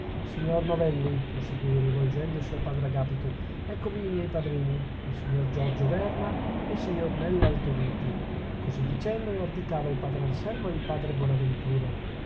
signor novelli proseguì rivolgendosi al padre agapito eccovi i miei padrini il signor giorgio verna e il signor nello altoviti così dicendo additava il padre anselmo e il padre bonaventura